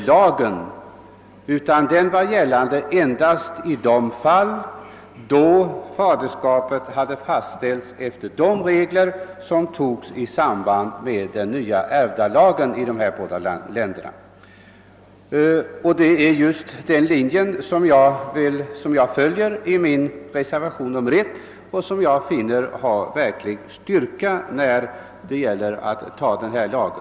Den skulle alltså gälla endast i de fall där faderskapet hade fastställts efter de nya reglerna. Detta är just den linje jag följer i reservationen 2, och jag finner en sådan ordning ha verklig styrka när det gäller att anta denna lag.